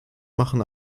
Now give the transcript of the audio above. machen